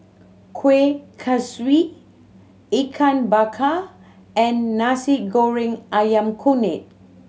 Kuih Kaswi Ikan Bakar and Nasi Goreng Ayam Kunyit